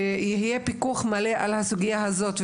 שיהיה פיקוח מלא על הסוגיה הזאת,